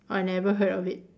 I never heard of it